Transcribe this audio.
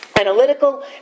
analytical